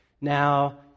Now